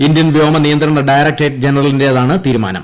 Indian വ്യോമ നിയന്ത്രണ directorate ജനറലിന്റേതാണ് തീരുമാനം